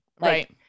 Right